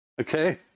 Okay